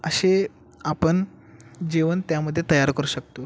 असे आपण जेवण त्यामध्ये तयार करू शकतो